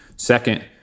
Second